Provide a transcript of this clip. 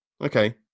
Okay